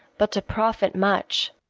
but to profit much.